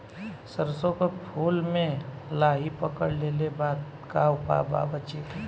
सरसों के फूल मे लाहि पकड़ ले ले बा का उपाय बा बचेके?